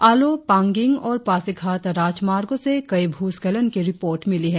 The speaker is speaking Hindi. आलो पांगिंग और पासीघाट राजमार्गों से कई भूस्खलन की रिपोर्ट मिली है